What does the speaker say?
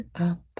up